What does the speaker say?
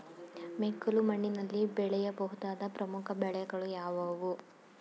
ಮೆಕ್ಕಲು ಮಣ್ಣಿನಲ್ಲಿ ಬೆಳೆಯ ಬಹುದಾದ ಪ್ರಮುಖ ಬೆಳೆಗಳು ಯಾವುವು?